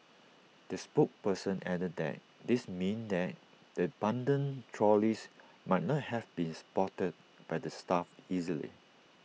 the spokesperson added that this meant that the abandoned trolleys might not have been spotted by the staff easily